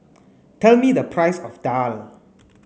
tell me the price of Daal